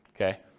Okay